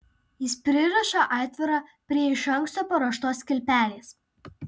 jis pririša aitvarą prie iš anksto paruoštos kilpelės